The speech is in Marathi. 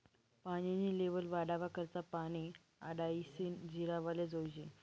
पानी नी लेव्हल वाढावा करता पानी आडायीसन जिरावाले जोयजे